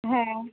হ্যাঁ